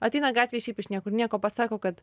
ateina gatvėj šiaip iš niekur nieko pasako kad